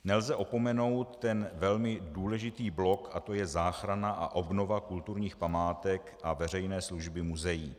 Nelze opomenout ten velmi důležitý blok, a to je záchrana a obnova kulturních památek a veřejné služby muzeí.